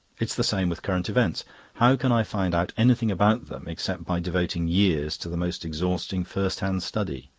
it's the same with current events how can i find out anything about them except by devoting years to the most exhausting first-hand study,